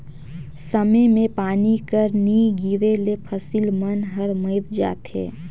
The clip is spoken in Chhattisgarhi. समे मे पानी कर नी गिरे ले फसिल मन हर मइर जाथे